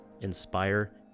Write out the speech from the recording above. inspire